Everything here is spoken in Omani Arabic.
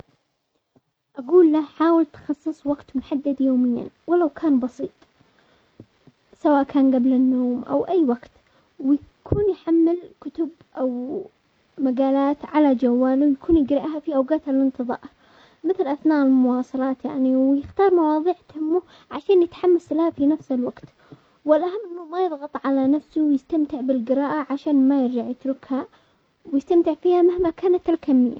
اقول له حاول تخصص وقت محدد يوميا ولو كان بسيط سواء كان قبل النوم او اي وقت، ويكون يحمل كتب او مجالات على جواله ويكون يقرأها في اوقات الانتظار مثل اثناء المواصلات يعني مواضيع تهمه عشان يتحمس لها في نفس الوقت، والاهم انه ما يضغط على نفسه ويستمتع بالقراءة عشان ما يرجع يتركها، ويستمتع فيها مهما كانت الكمية.